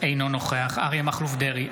אינו נוכח אריה מכלוף דרעי,